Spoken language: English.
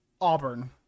Auburn